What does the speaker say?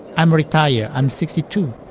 i'm retired, i'm sixty two.